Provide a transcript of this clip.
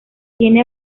tiene